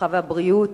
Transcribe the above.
הרווחה והבריאות,